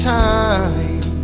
time